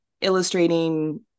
illustrating